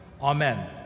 Amen